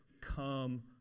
come